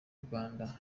rwanda